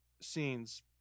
scenes